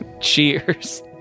cheers